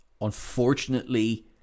unfortunately